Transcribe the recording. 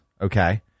okay